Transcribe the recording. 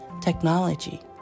technology